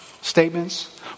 statements